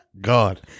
God